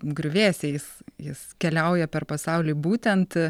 griuvėsiais jis keliauja per pasaulį būtent